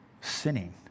sinning